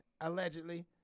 Allegedly